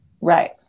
Right